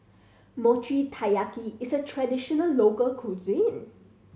Mochi Taiyaki is a traditional local cuisine